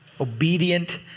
Obedient